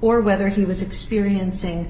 or whether he was experiencing